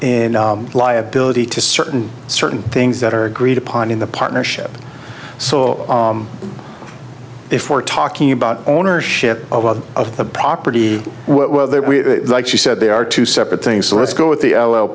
in liability to certain certain things that are agreed upon in the partnership so if we're talking about ownership of the property whether we like she said there are two separate things let's go with the